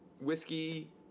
whiskey